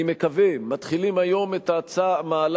אני מקווה, מתחילים היום מהלך